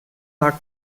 like